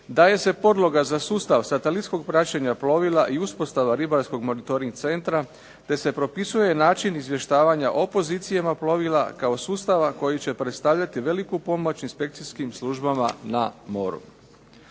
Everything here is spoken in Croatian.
Daje se podloga za sustav satelitskog praćenja plovila i uspostava ribarskog monitoring centra te se propisuje način izvještavanja o pozicijama plovila kao sustava koji će predstavljati veliku pomoć inspekcijskim službama na moru.